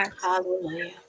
Hallelujah